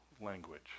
language